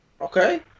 Okay